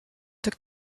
took